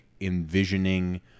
envisioning